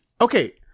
Okay